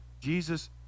Jesus